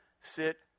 sit